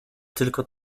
tylko